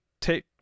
take